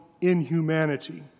inhumanity